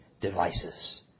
devices